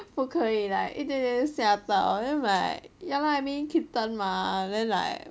不可以 like 一点点就吓到 then I'm like ya lah I mean kitten mah then like